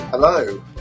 Hello